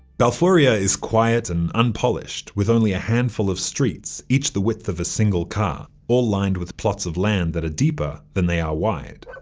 balfouria is quiet and unpolished, with only a handful of streets, each the width of a single car, all lined with plots of land that are deeper than they are wide.